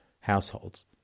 households